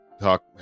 talk